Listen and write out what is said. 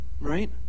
Right